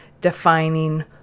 defining